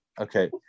Okay